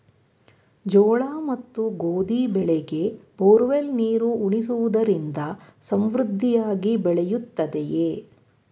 ಜೋಳ ಮತ್ತು ಗೋಧಿ ಬೆಳೆಗೆ ಬೋರ್ವೆಲ್ ನೀರು ಉಣಿಸುವುದರಿಂದ ಸಮೃದ್ಧಿಯಾಗಿ ಬೆಳೆಯುತ್ತದೆಯೇ?